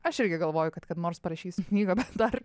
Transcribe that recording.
aš irgi galvoju kad kada nors parašysiu knygą bet dar